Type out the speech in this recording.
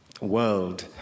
world